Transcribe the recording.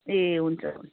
ए हुन्छ हुन्छ